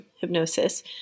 hypnosis